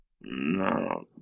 No